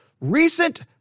recent